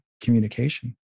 communication